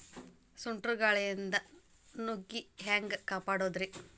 ಸುಂಟರ್ ಗಾಳಿಯಿಂದ ನುಗ್ಗಿ ಹ್ಯಾಂಗ ಕಾಪಡೊದ್ರೇ?